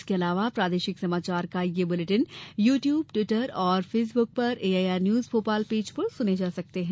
इसके अलावा प्रादेशिक समाचार बुलेटिन यू ट्यूब ट्विटर और फेसबुक पर एआईआर न्यूज भोपाल पेज पर सुने जा सकते हैं